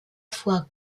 fois